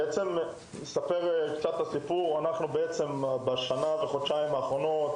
אספר את הסיפור: בשנה וחודשיים האחרונות,